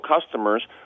customers